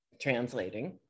translating